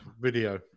video